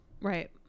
right